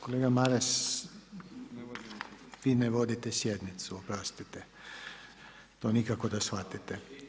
Kolega Maras, vi ne vodite sjednicu oprostite to nikako da shvatite.